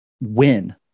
win